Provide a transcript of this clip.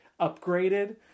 upgraded